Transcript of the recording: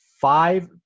five